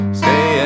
stay